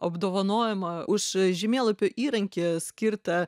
apdovanojimą už žemėlapių įrankį skirtą